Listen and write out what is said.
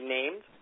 named